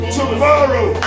tomorrow